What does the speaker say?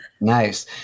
Nice